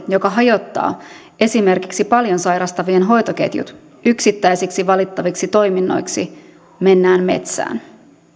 joka hajottaa esimerkiksi paljon sairastavien hoitoketjut yksittäisiksi valittaviksi toiminnoiksi mennään metsään